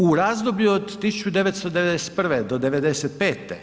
U razdoblju od 1991. do '95.